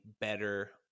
better